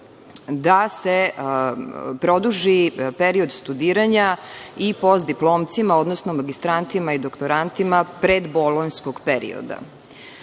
da se produži period studiranja i postdiplomcima, odnosno magistrantima i doktorantima predbolonjskog perioda. Čitav